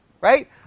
right